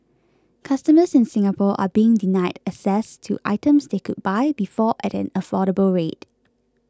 customers in Singapore are being denied access to items they could buy before at an affordable rate